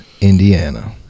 Indiana